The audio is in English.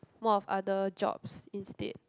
more of other jobs instead